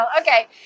Okay